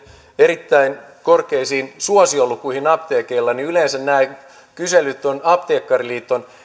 erittäin korkeisiin suosiolukuihin apteekeilla niin yleensä nämä kyselyt ovat apteekkariliiton